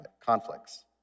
conflicts